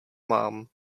mám